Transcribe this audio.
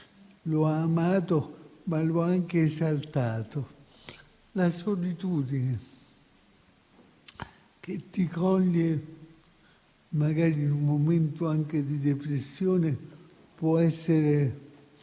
ha amato, ma lo ha anche esaltato. La solitudine che ti coglie magari in un momento di depressione può essere